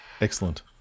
Excellent